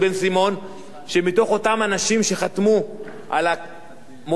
שמתוך אותם אנשים שחתמו על המודעה בעיתון "הארץ",